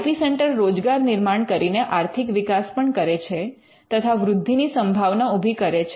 I P centre રોજગાર નિર્માણ કરીને આર્થિક વિકાસ પણ કરે છે તથા વૃદ્ધિની સંભાવના ઊભી કરે છે